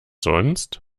sonst